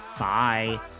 Bye